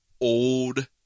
old